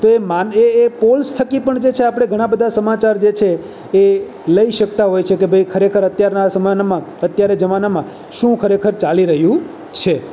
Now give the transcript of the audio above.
તો એ એ એ પોલ્સ થકી પણ જે છે આપણે ઘણાં બધા સમાચાર જે છે એ લઈ શકતા હોય છે કે ભાઈ ખરેખર અત્યારના સમયમાં અત્યારે જમાનામાં શું ખરેખર ચાલી રહ્યું છે